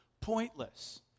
Pointless